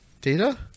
Data